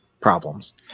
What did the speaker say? problems